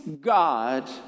God